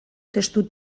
testu